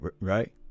right